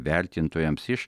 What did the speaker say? vertintojams iš